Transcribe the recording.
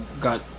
got